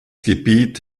gebiet